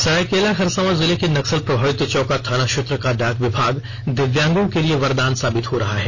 सरायकेला खरसावां जिले के नक्सल प्रभावित चौका थाना क्षेत्र का डाक विभाग दिव्यांगों के लिए वरदान साबित हो रहा है